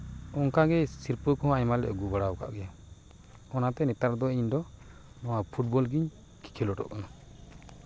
ᱚᱱᱠᱟᱜᱮ ᱥᱤᱨᱯᱟᱹ ᱠᱚᱦᱚᱸ ᱟᱭᱢᱟ ᱞᱮ ᱟᱹᱜᱩ ᱵᱟᱲᱟᱣ ᱠᱟᱜ ᱜᱮᱭᱟ ᱚᱱᱟᱛᱮ ᱱᱮᱛᱟᱨ ᱫᱚ ᱤᱧᱫᱚ ᱱᱚᱣᱟ ᱯᱷᱩᱴᱵᱚᱞ ᱜᱤᱧ ᱠᱷᱮᱞᱳᱰᱚᱜ ᱠᱟᱱᱟ